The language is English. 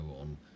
on